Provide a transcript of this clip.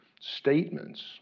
statements